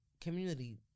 community